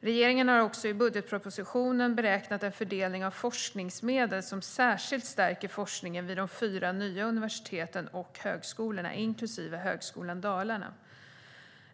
Regeringen har också i budgetpropositionen beräknat en fördelning av forskningsmedel som särskilt stärker forskningen vid de fyra nya universiteten och högskolorna, inklusive Högskolan Dalarna.